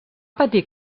patir